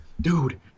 Dude